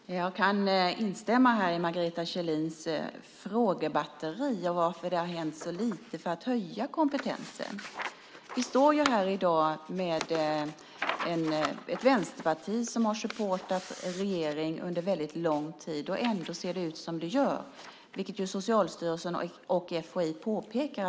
Fru talman! Jag kan instämma i Margareta Kjellins frågebatteri om varför det har hänt så lite för att höja kompetensen. Vi står här i dag med ett vänsterparti som har stött regeringen under väldigt lång tid. Ändå är kompetensen så liten, vilket Socialstyrelsen och FHI påpekar.